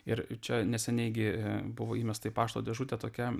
ir čia neseniai gi buvo įmesta į pašto dėžutę tokia